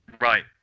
Right